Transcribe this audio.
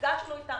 נפגשנו אתם,